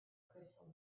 crystal